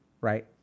right